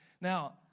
Now